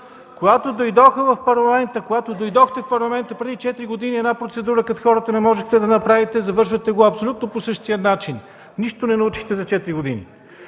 Когато дойдохте в Парламента преди четири години, една процедура като хората не можехте да направите. Завършвате по абсолютно същия начин! Нищо не научихте за четири години.